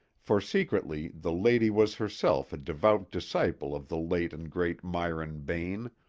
for secretly the lady was herself a devout disciple of the late and great myron bayne,